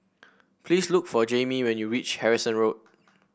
please look for Jaime when you reach Harrison Road